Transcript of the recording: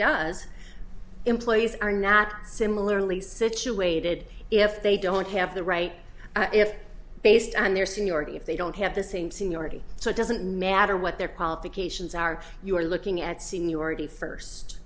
does employees are not similarly situated if they don't have the right if based on their seniority if they don't have the same seniority so it doesn't matter what their qualifications are you are looking at seniority first